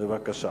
בבקשה.